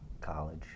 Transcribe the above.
college